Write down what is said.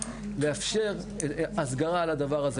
לאפשר את הדבר הזה.